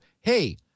hey